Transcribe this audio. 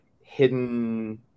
hidden